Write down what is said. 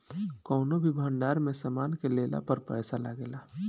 कौनो भी भंडार में सामान के लेला पर पैसा लागेला